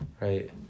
right